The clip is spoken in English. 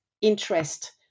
interest